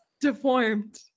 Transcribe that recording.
deformed